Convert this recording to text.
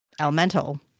Elemental